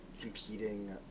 competing